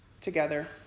together